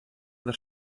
der